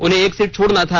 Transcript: उन्हें एक सीट छोड़ना था